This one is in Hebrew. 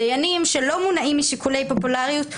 דיינים שלא מונעים משיקולי פופולריות ומחששות,